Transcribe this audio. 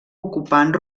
ocupant